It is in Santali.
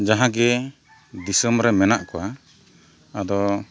ᱡᱟᱦᱟᱸᱜᱮ ᱫᱤᱥᱚᱢ ᱨᱮ ᱢᱮᱱᱟᱜ ᱠᱚᱣᱟ ᱟᱫᱚ